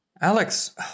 Alex